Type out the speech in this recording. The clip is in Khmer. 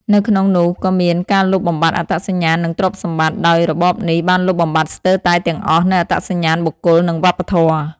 នៅក្នុងនោះក៏មានការលុបបំបាត់អត្តសញ្ញាណ និងទ្រព្យសម្បត្តិ ដោយរបបនេះបានលុបបំបាត់ស្ទើរតែទាំងអស់នូវអត្តសញ្ញាណបុគ្គល និងវប្បធម៌។